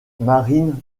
marine